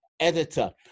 editor